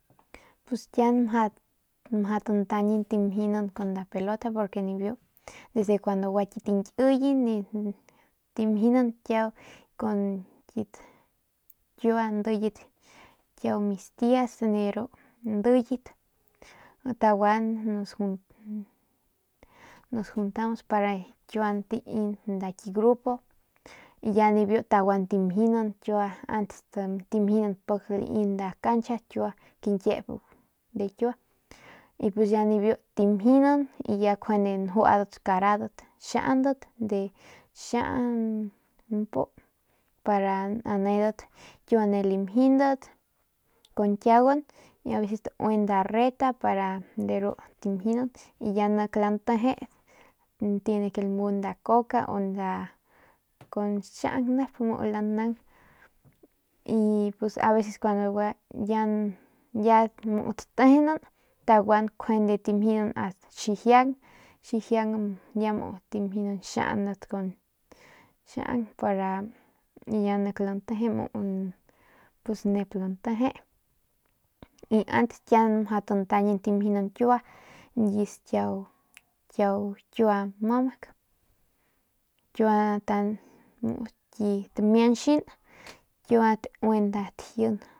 Pus kiuguan mjau tantañin tamjinan kun nda pelota porque kun nibiu desde gua ki tañkiyan tamjinan kiau y kun kiua ndiyat kiua mis tias de ru ndiyat taguan nos juntamos para kiua ntain nda ki grupo y ya nibiu taguan timjinan kiua pik antes timjinan pik lai nda cancha kiua kiñkiep de kiua y pues ya nibiu tamjinan y ya njuadat karadat xiaundat para anedat kiua ne lamjinat kun kiauguan tauin nda reta de ru tamjinan y ya nik lanteje tiene que lamu nda coca o nda xiaung nep muu y pues aveces cuando ya tatejenan taguan tamjinan ast xijiang xijiang ya muu tamjinan xianat cun xianat para ya nik lanteje muu pus nep lanteje pus antes mjau tantañan tamjinan kiua ñkis kiua kiua mamak kiua ki tamiañxin kiua tauin nda tajin.